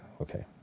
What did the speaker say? Okay